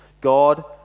God